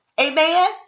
Amen